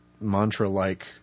mantra-like